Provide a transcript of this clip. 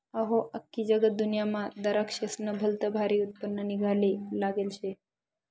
अहो, आख्खी जगदुन्यामा दराक्शेस्नं भलतं भारी उत्पन्न निंघाले लागेल शे